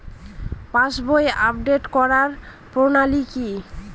পাসবই update করার প্রণালী কি?